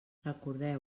recordeu